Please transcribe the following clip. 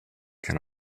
can